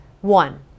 One